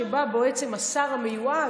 שבא בו עצם השר המיועד,